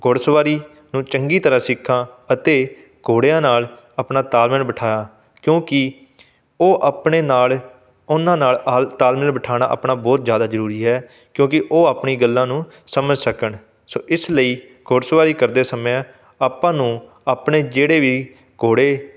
ਘੋੜਸਵਾਰੀ ਨੂੰ ਚੰਗੀ ਤਰ੍ਹਾਂ ਸਿੱਖਾਂ ਅਤੇ ਘੋੜਿਆਂ ਨਾਲ ਆਪਣਾ ਤਾਲਮੇਲ ਬਿਠਾਇਆ ਕਿਉਂਕਿ ਉਹ ਆਪਣੇ ਨਾਲ ਉਹਨਾਂ ਨਾਲ ਆਲ ਤਾਲਮੇਲ ਬਿਠਾਉਣਾ ਆਪਣਾ ਬਹੁਤ ਜ਼ਿਆਦਾ ਜ਼ਰੂਰੀ ਹੈ ਕਿਉਂਕਿ ਉਹ ਆਪਣੀ ਗੱਲਾਂ ਨੂੰ ਸਮਝ ਸਕਣ ਸੋ ਇਸ ਲਈ ਘੋੜਸਵਾਰੀ ਕਰਦੇ ਸਮੇਂ ਆਪਾਂ ਨੂੰ ਆਪਣੇ ਜਿਹੜੇ ਵੀ ਘੋੜੇ